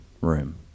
room